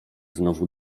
znowu